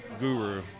Guru